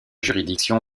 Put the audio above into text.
juridiction